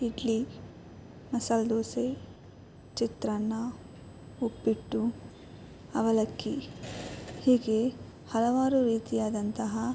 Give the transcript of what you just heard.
ಇಡ್ಲಿ ಮಸಾಲೆ ದೋಸೆ ಚಿತ್ರಾನ್ನ ಉಪ್ಪಿಟ್ಟು ಅವಲಕ್ಕಿ ಹೀಗೆ ಹಲವಾರು ರೀತಿಯಾದಂತಹ